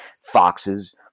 foxes